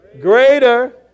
Greater